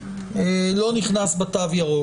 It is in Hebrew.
לא נכנס בתו ירוק.